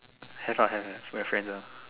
have ah have have have we have friends ah